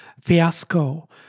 fiasco